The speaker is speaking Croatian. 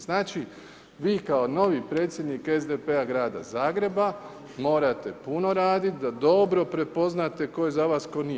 Znači vi kao novi predsjednik SDP-a Grada Zagreba morate puno raditi da dobro prepoznate tko je za vas, tko nije.